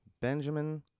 Benjamin